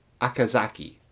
Akazaki